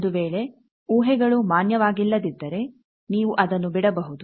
ಒಂದು ವೇಳೆ ಊಹೆಗಳು ಮಾನ್ಯವಾಗಿಲ್ಲದಿದ್ದರೆ ನೀವು ಅದನ್ನು ಬಿಡಬಹುದು